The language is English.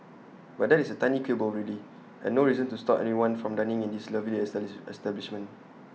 but that is A tiny quibble really and no reason to stop anyone from dining in this lovely establish establishment